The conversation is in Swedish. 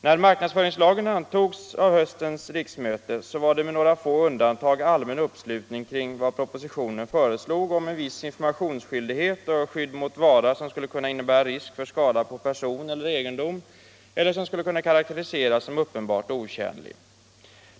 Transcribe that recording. När marknadsföringslagen antogs av höstens riksmöte var det med några få undantag allmän uppslutning kring förslaget i propositionen om en viss informationsskyldighet och skydd mot vara som skulle kunna innebära risk för skada på person eller egendom eller som skulle kunna karakteriseras som uppenbart otjänlig.